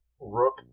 Rook